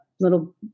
little